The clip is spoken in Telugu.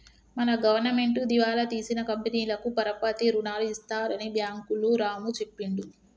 మన గవర్నమెంటు దివాలా తీసిన కంపెనీలకు పరపతి రుణాలు ఇస్తారని బ్యాంకులు రాము చెప్పిండు